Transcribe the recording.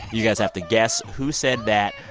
you guys have to guess who said that.